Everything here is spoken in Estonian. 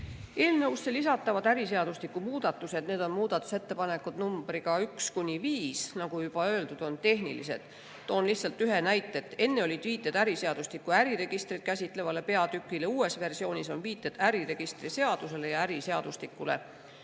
lisatavad äriseadustiku muudatused, muudatusettepanekud nr 1–5 on, nagu juba öeldud, tehnilised. Toon lihtsalt ühe näite. Enne olid viited äriseadustiku äriregistrit käsitlevale peatükile, uues versioonis on viited äriregistri seadusele ja äriseadustikule.